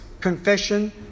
confession